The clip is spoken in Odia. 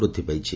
ବୃଦ୍ଧି ପାଇଛି